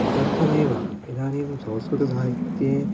तत्तमेव इदानीं संस्कृतसाहित्ये